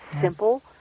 simple